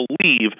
believe